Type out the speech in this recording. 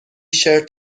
شرت